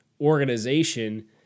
organization